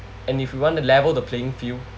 and if you want to level the playing field